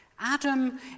Adam